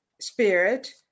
spirit